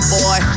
boy